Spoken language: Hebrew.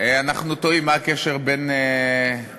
אנחנו תוהים מה הקשר בין החוק